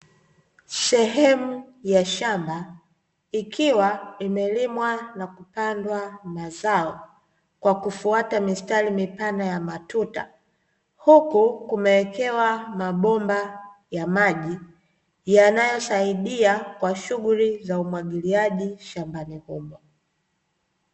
Sehemu ya shamba, ikiwa imelimwa na kupandwa mazao kwa kufuata mistari mipana ya matuta, huku kumewekewa mabomba ya maji, yanayosaidia kwa shughuli za umwagiliaji shambani humo.